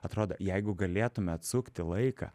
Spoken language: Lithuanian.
atrodo jeigu galėtume atsukti laiką